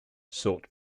sought